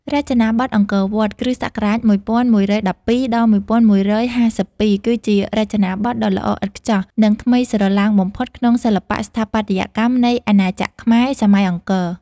រចនាបថអង្គរវត្ត (គ.ស. ១១១២ ដល់ ១១៥២) គឺជារចនាបថដ៏ល្អឥតខ្ចោះ និងថ្មីស្រឡាងបំផុតក្នុងសិល្បៈស្ថាបត្យកម្មនៃអាណាចក្រខ្មែរ សម័យអង្គរ។